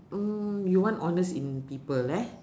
mm you want honest in people leh